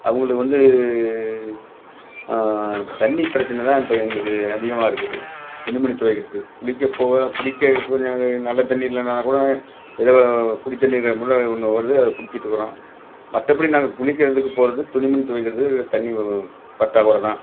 அவங்களுக்கு வந்து தண்ணி பிரச்சனை தான் இப்போ எங்களுக்கு அதிகமாக இருக்குது துணிமணி துவைக்கிறதுக்கு குளிக்க போக குடிக்க நல்ல தண்ணி இல்லைன்னா கூடம் எதோ குடித்தண்ணிர் கூடோ ஒன்று வருது அதை குடிச்சிகிட்டு இருக்கிறோம் மற்றபடி நாங்கள் குளிக்கிறதுக்கு போகறதுக்கு துணிமணி துவைக்கிறதுக்கு தண்ணி ஒரு பற்றாக்குற தான்